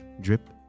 drip